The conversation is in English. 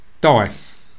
dice